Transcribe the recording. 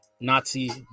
Nazi